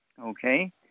Okay